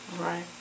Right